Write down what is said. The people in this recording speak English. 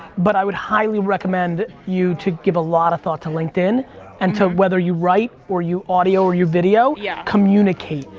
but i would highly recommend you to give a lot of thought to linkedin and to whether you write or you audio or you video, yeah communicate.